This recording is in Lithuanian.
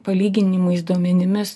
palyginimais duomenimis